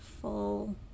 full